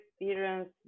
experience